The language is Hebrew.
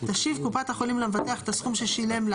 תשיב קופת החולים למבטח את הסכום ששילם לה,